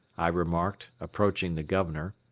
i remarked, approaching the governor.